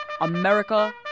America